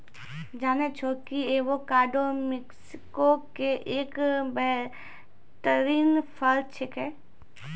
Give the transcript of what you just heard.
जानै छौ कि एवोकाडो मैक्सिको के एक बेहतरीन फल छेकै